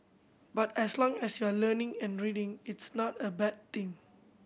but as long as you are learning and reading it's not a bad thing